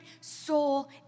soul